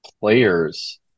players